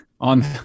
on